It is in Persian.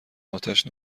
اتش